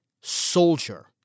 soldier